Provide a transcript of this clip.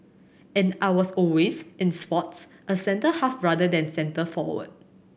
and I was always in sports a centre half rather than centre forward